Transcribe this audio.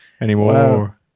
Anymore